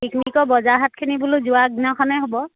পিকনিকৰ বজাৰ হাটখিনি বোলো যোৱাৰ আগদিনাখনেই হ'ব